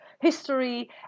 history